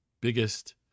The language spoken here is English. biggest